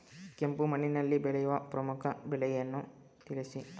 ಕೆಂಪು ಮಣ್ಣಿನಲ್ಲಿ ಬೆಳೆಯುವ ಪ್ರಮುಖ ಬೆಳೆಗಳನ್ನು ತಿಳಿಸಿ?